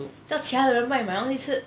叫其他的人帮你买东西吃